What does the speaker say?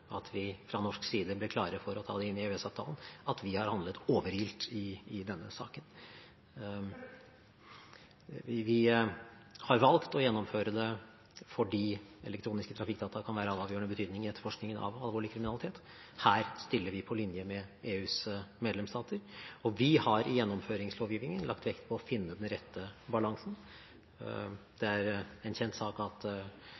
vi fra norsk side ble klare for å ta det inn i EØS-avtalen, at vi har handlet overilt i denne saken. Vi har valgt å gjennomføre det fordi elektroniske trafikkdata kan være av avgjørende betydning i etterforskningen av alvorlig kriminalitet. Her stiller vi på linje med EUs medlemsstater. Vi har i gjennomføringslovgivningen lagt vekt på å finne den rette balansen. Det er en kjent sak at